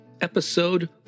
Episode